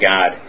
God